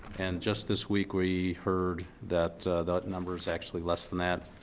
and just this week, we heard that that number is actually less than that